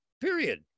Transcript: Period